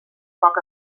poc